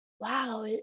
wow